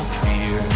fear